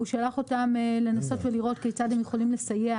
הוא שלח אותם לנסות ולראות כיצד הם יכולים לסייע